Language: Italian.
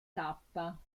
tappa